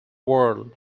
world